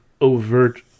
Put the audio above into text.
overt